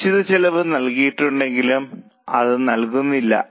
നിശ്ചിത ചെലവ് നൽകിയിട്ടുണ്ടെങ്കിലും അത് നൽകുന്നില്ല